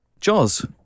Jaws